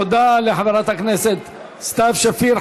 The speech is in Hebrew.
תודה לחברת הכנסת סתיו שפיר.